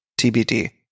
TBD